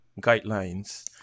guidelines